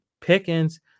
Pickens